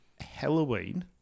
Halloween